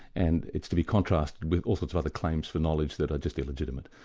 and it's to be contrasted with all sorts of other claims for knowledge that are just illegitimate.